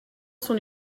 son